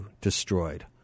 destroyed